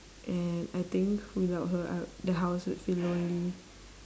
and I think without her I the house would feel lonely